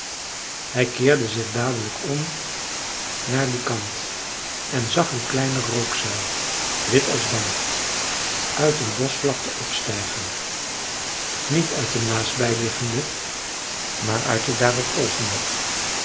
hij keerde zich dadelijk om naar dien kant en zag een kleine rookzuil wit als damp uit een boschvlakte opstijgen niet uit de naastbij liggende maar uit de daarop volgende